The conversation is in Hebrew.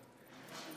ארוכה.